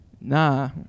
Nah